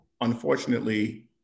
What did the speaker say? unfortunately